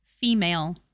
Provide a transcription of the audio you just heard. female